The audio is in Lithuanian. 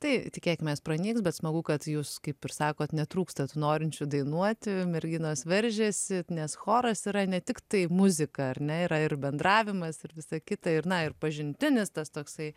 tai tikėkimės pranyks bet smagu kad jūs kaip ir sakot netrūksta tų norinčių dainuoti merginos veržiasi nes choras yra ne tiktai muzika ar ne yra ir bendravimas ir visa kita ir na ir pažintinis tas toksai